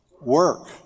Work